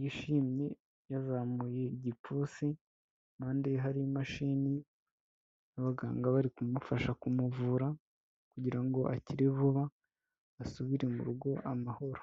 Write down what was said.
yishimye, yazamuye igipfunsi, impande ye hari imashini, abaganga bari kumufasha kumuvura, kugira ngo akire vuba asubire mu rugo amahoro.